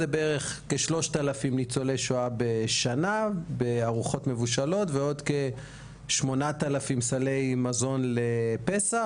בערך כ-3,000 ניצולי שואה לארוחות מבושלות ועוד כ-8,000 סלי מזון לפסח,